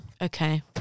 okay